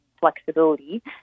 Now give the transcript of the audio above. flexibility